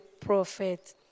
prophet